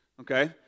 okay